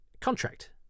contract